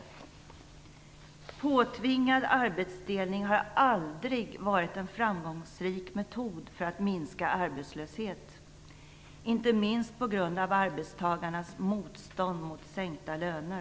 Påtvingad arbetsdelning har aldrig varit en framgångsrik metod för att minska arbetslöshet, inte minst på grund av arbetstagarnas motstånd mot sänkta löner.